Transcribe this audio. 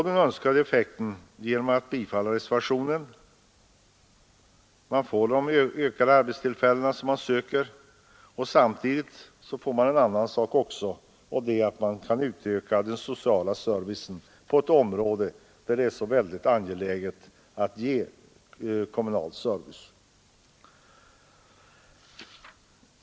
Den önskade effekten kan uppnås genom ett bifall till denna reservation. Härigenom kan man åstadkomma den ökning av antalet arbetstillfällen som man eftersträvar samtidigt som man kan utvidga den sociala servicen på ett område där det är så oerhört angeläget att en sådan kommer till stånd.